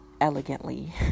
elegantly